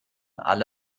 alle